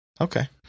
Okay